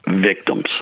victims